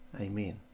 Amen